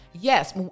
yes